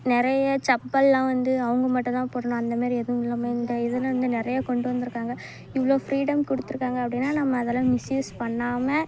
நிறையா செப்பலெலாம் வந்து அவங்க மட்டும்தான் போடணும் அந்தமாதிரி எதுவும் இல்லாமல் இந்த இதில் வந்து நிறையா கொண்டு வந்திருக்காங்க இவ்வளோ ஃப்ரீடம் கொடுத்துருக்காங்க அப்படினா நம்ம அதெல்லாம் மிஸ்யூஸ் பண்ணாமல்